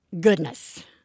Goodness